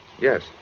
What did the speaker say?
Yes